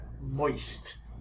moist